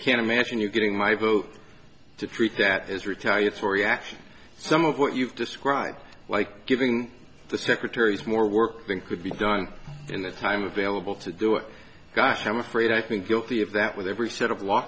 can't imagine you getting my vote to treat that as retaliatory action some of what you've described like giving the secretary is more work than could be done in the time available to do it gosh i'm afraid i think guilty of that with every set of law